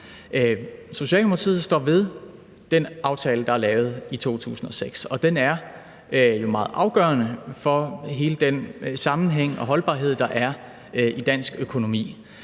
Socialdemokratiet står ved den aftale, der er lavet i 2006, og den er jo meget afgørende for hele den sammenhæng og holdbarhed, der er i dansk økonomi.